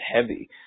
heavy